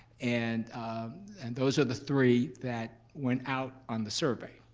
and and those are the three that went out on the survey.